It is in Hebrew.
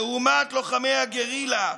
לעומת לוחמי הגרילה,